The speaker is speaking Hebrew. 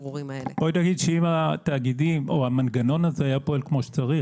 אם התאגידים או המנגנון הזה היה פועל כמו שצריך,